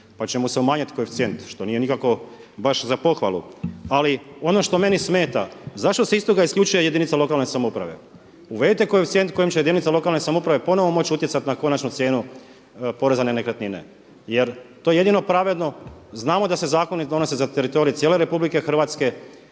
pa će mu se umanjiti koeficijent što nije nikako baš za pohvalu, ali ono što meni smeta, zašto se iz toga isključuje jedinice lokalne samouprave? Uvedite koeficijent kojim će jedinica lokalne samouprave ponovo moći utjecati na konačnu cijenu poreza na nekretnine jer to je jedino pravedno. Znamo da se zakoni donose za teritorij cijele RH, ali kada